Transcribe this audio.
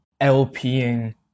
LPing